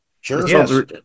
Sure